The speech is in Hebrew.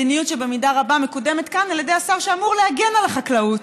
מדיניות שבמידה רבה מקודמת כאן על ידי השר שאמור להגן על החקלאות.